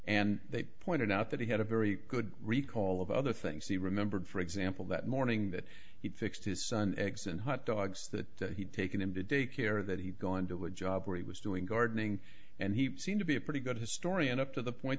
and they pointed out that he had a very good recall of other things he remembered for example that morning that he fixed his son eggs and hot dogs that he'd taken him to daycare that he'd go into a job where he was doing gardening and he seemed to be a pretty good historian up to the point